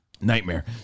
Nightmare